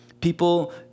People